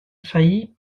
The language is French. failli